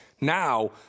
Now